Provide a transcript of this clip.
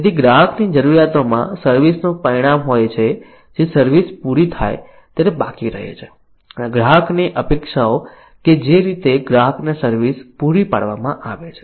તેથી ગ્રાહકની જરૂરિયાતોમાં સર્વિસ નું પરિણામ હોય છે જે સર્વિસ પૂરી થાય ત્યારે બાકી રહે છે અને ગ્રાહકની અપેક્ષાઓ કે જે રીતે ગ્રાહકને સર્વિસ પૂરી પાડવામાં આવે છે